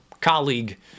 colleague